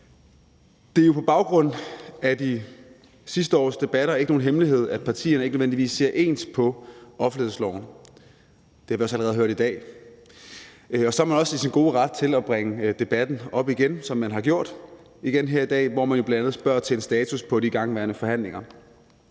Det er på baggrund af de sidste års debatter ikke nogen hemmelighed, at partierne ikke nødvendigvis ser ens på offentlighedsloven – det har vi også allerede hørt i dag – og så er man også i sin gode ret til at bringe debatten op igen, som man har gjort i dag, hvor man jo bl.a. spørger til en status på de igangværende forhandlinger.